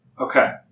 Okay